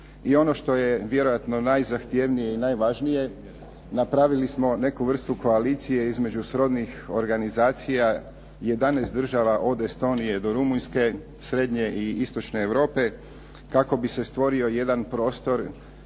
I ono što je vjerojatno najzahtjevnije i najvažnije napravili smo neku vrstu koalicije između srodnih organizacija 11 država od Estonije do Rumunjske, Srednje i Istočne Europe kako bi se stvorio jedan prostor